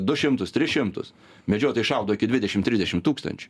du šimtus tris šimtus medžiotojai šaudo iki dvidešim trisdešim tūkstančių